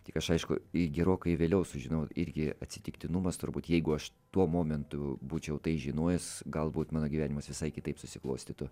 tik aš aišku į gerokai vėliau sužinojau irgi atsitiktinumas turbūt jeigu aš tuo momentu būčiau tai žinojęs galbūt mano gyvenimas visai kitaip susiklostytų